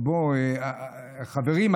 חברים,